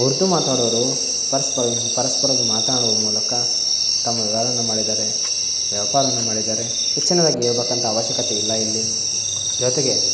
ಉರ್ದು ಮಾತಾಡೋರು ಪರಸ್ಪರ ಪರಸ್ಪರವಾಗಿ ಮಾತನಾಡೋ ಮೂಲಕ ತಮ್ಮ ವ್ಯವಹಾರವನ್ನ ಮಾಡಿದ್ದಾರೆ ವ್ಯಾಪಾರವನ್ನು ಮಾಡಿದ್ದಾರೆ ಹೆಚ್ಚಿನದ್ದಾಗಿ ಹೇಳ್ಬೇಕಂತ ಅವಶ್ಯಕತೆ ಇಲ್ಲ ಇಲ್ಲಿ ಜೊತೆಗೆ